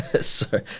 sorry